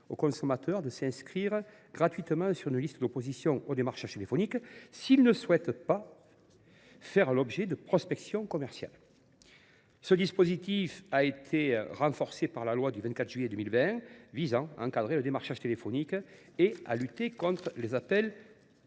au consommateur de s’inscrire gratuitement sur une liste d’opposition au démarchage téléphonique, s’il ne souhaite pas faire l’objet de prospection commerciale. Ce dispositif a été renforcé par la loi du 24 juillet 2020 visant à encadrer le démarchage téléphonique et à lutter contre les appels